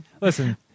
Listen